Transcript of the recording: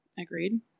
Agreed